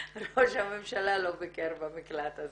ראש הממשלה לא ביקר במקלט הזה.